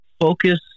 focus